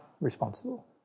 responsible